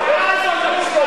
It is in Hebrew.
חסון.